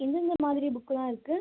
எந்தெந்த மாதிரி புக்குலாம் இருக்குது